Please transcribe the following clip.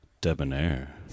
debonair